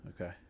okay